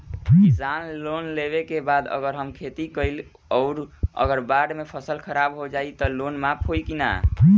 किसान लोन लेबे के बाद अगर हम खेती कैलि अउर अगर बाढ़ मे फसल खराब हो जाई त लोन माफ होई कि न?